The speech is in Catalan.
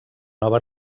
nova